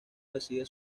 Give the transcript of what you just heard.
recibe